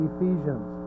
Ephesians